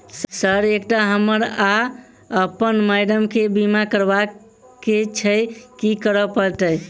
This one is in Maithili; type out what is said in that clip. सर एकटा हमरा आ अप्पन माइडम केँ बीमा करबाक केँ छैय की करऽ परतै?